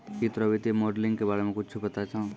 की तोरा वित्तीय मोडलिंग के बारे मे कुच्छ पता छौं